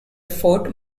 fort